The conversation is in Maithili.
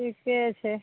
ठीके छै